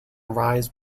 arise